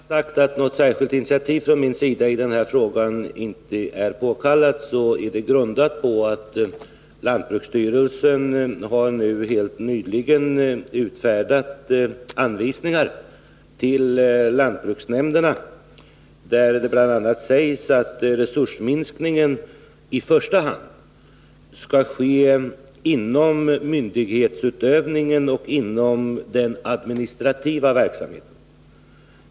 Herr talman! Jag har i mitt svar har sagt att något särskilt initiativ från min sida i den här frågan inte är påkallat, och det beskedet är grundat på att lantbruksstyrelsen helt nyligen har utfärdat anvisningar till lantbruksnämnderna, där det bl.a. sägs att resursminskningen i första hand skall avse myndighetsutövningen och den administrativa verksamheten.